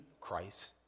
Christ